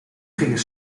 gingen